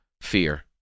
fear